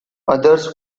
others